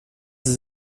sie